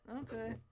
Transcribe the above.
okay